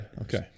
Okay